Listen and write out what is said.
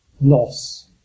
loss